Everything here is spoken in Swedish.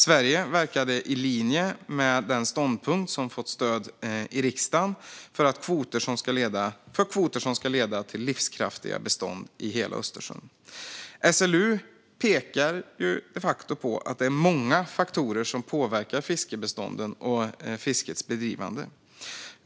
Sverige verkade, i linje med den ståndpunkt som fått stöd i riksdagen, för kvoter som ska leda till livskraftiga bestånd i hela Östersjön. SLU pekar de facto på att det är många faktorer som påverkar fiskbestånden och fiskets bedrivande.